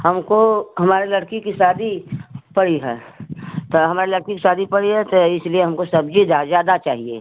हमको हमारी लड़की की शादी पड़ी है तो हमारी लड़की की शादी पड़ी है तो इसलिए हमको सब्जी जा ज्यादा चाहिए